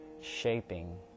shaping